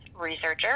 researcher